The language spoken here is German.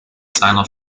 seiner